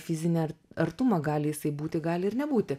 fizinį ar artumą gali jisai būti gali ir nebūti